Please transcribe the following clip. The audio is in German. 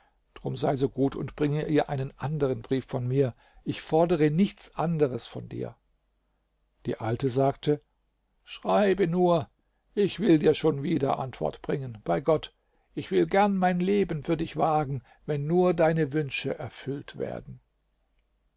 drum sei so gut und bringe ihr einen anderen brief von mir ich fordere nichts anderes von dir die alte sagte schreibe nur ich will dir schon wieder antwort bringen bei gott ich will gern mein leben für dich wagen wenn nur deine wünsche erfüllt werden